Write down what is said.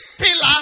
pillar